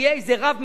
בעין-כמונים,